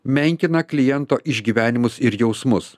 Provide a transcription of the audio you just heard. menkina kliento išgyvenimus ir jausmus